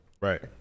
Right